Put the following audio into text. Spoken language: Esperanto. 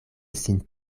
sin